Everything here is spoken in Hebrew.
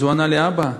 אז הוא ענה לי: אבא,